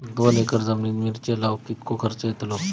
दोन एकर जमिनीत मिरचे लाऊक कितको खर्च यातलो?